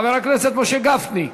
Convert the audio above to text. חבר הכנסת משה גפני,